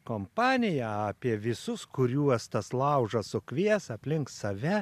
kompaniją apie visus kuriuos tas laužas sukvies aplink save